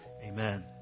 Amen